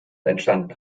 entstanden